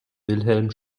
wilhelm